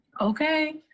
Okay